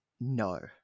no